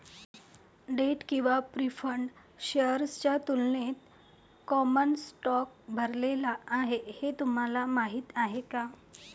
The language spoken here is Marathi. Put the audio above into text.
डेट किंवा प्रीफर्ड शेअर्सच्या तुलनेत कॉमन स्टॉक भरलेला आहे हे तुम्हाला माहीत आहे का?